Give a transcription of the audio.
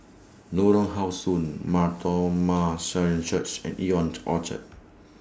Lorong How Sun Mar Thoma Syrian Church and Ion Orchard